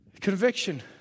Conviction